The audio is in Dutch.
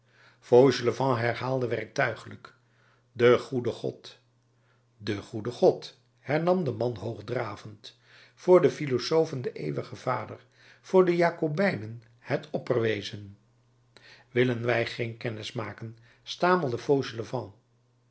fauchelevent herhaalde werktuiglijk de goede god de goede god hernam de man hoogdravend voor de filosofen de eeuwige vader voor de jakobijnen het opperwezen willen wij geen kennis maken stamelde fauchelevent